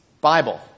Bible